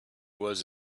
was